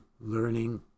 learning